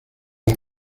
las